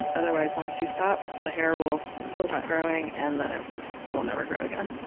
otherwise, once you stop the hair will so will stop growing and then it will never grow again.